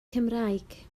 cymraeg